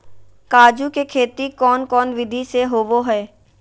काजू के खेती कौन कौन विधि से होबो हय?